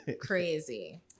Crazy